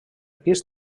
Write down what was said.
pis